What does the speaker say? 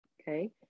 okay